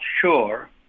sure